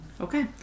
Okay